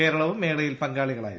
കേരളവും മേളയിൽ പങ്കാളികളായിരുന്നു